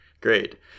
great